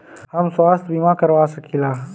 हम स्वास्थ्य बीमा करवा सकी ला?